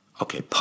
Okay